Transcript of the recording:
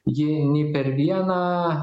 ji nei per vieną